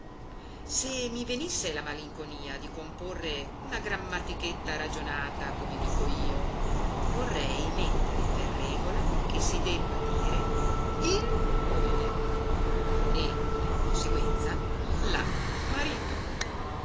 se mi venisse la malinconia di comporre una grammatichetta ragionata come dico io vorrei mettere per regola che si debba dire il moglie e per conseguenza la marito